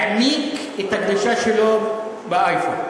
העמיק את הגלישה שלו באייפון.